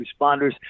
responders